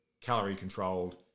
calorie-controlled